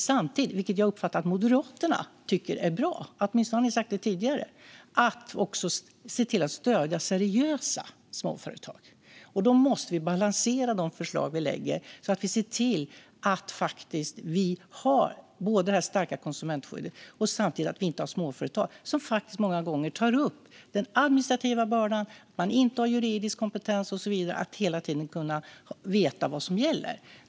Jag har uppfattat att Moderaterna tycker att det är bra - åtminstone har ni sagt det tidigare - att se till att stödja seriösa småföretag. Då måste vi balansera de förslag vi lägger fram. Det gäller att vi ser till att vi både har det stärkta konsumentskyddet och samtidigt inte har småföretag som många gånger tar upp den administrativa bördan, att man inte har juridisk kompetens och så vidare för att hela tiden kunna veta vad som gäller.